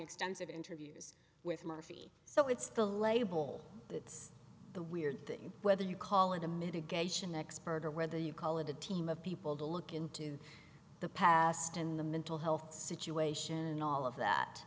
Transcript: extensive interviews with murphy so it's the label that's the weird thing whether you call it a mitigation expert or whether you call it a team of people to look into the past in the mental health situation and all of that